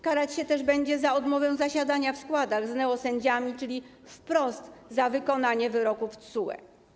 Karać się też będzie za odmowę zasiadania w składach z neosędziami, czyli wprost za wykonanie wyroków TSUE.